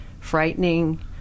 frightening